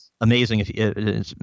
Amazing